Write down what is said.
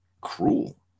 cruel